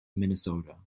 minnesota